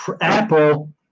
Apple